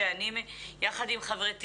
שאני יחד עם חברתי,